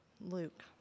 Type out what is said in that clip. Luke